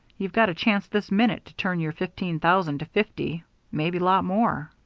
you've got a chance this minute to turn your fifteen thousand to fifty maybe lot more.